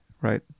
right